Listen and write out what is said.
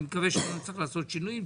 אני מקווה שלא נצטרך לעשות שינויים.